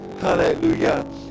Hallelujah